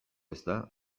ezta